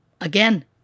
Again